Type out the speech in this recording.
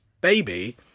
baby